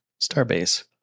Starbase